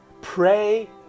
pray